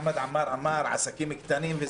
חמד עמאר אמר עסקים קטנים,